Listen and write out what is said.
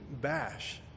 bash